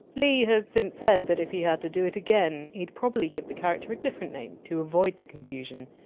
lee has since said that if he had to do it again, he! d probably give the character a different name, to avoid the confusion.